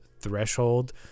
threshold